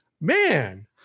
Man